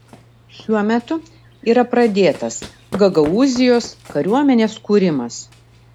šiuo metu yra pradėtas gagaūzijos kariuomenės kūrimas